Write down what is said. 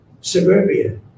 suburbia